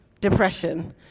depression